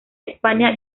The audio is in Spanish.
hispania